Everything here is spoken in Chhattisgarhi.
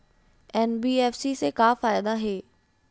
एन.बी.एफ.सी से का फ़ायदा हे?